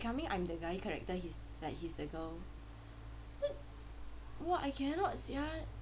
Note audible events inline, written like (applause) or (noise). becoming I'm the guy character he's like he's the girl (noise) !wah! I cannot sia